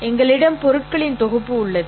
எங்களிடம் பொருட்களின் தொகுப்பு உள்ளது